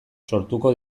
sortuko